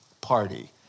party